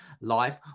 life